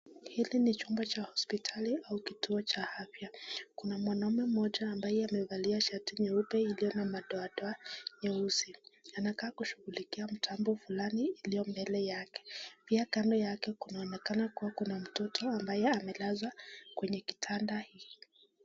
Hili ni chumba la hospitali ama kituo cha afya. Kuna mwanaume mmoja ambaye amevalia shati nyeupe iliyo na madoadoa nyeusi. Anaonekana kushughulikia mtambo fulani ulio mbele yake pia kando yake kunaonekana kuwa kuna mtoto ambaye amelazwa kwenye kitanda hii.